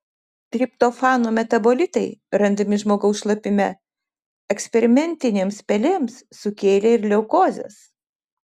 triptofano metabolitai randami žmogaus šlapime eksperimentinėms pelėms sukėlė ir leukozes